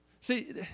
See